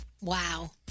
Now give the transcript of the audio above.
Wow